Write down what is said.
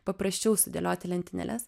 paprasčiau sudėliot į lentynėles